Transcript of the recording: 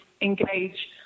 engage